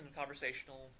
conversational